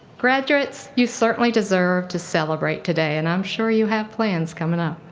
graduates, you certainly deserve to celebrate today and i'm sure you have plans coming up.